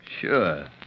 Sure